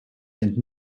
sind